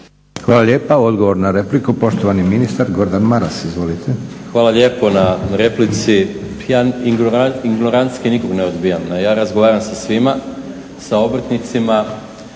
Hvala lijepa. Odgovor na repliku, poštovani ministar Gordan Maras. Izvolite. **Maras, Gordan (SDP)** Hvala lijepo na replici. Ja ignorantski nikog ne odbijam. Ja razgovaram sa svima sa obrtnicima.